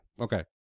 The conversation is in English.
Okay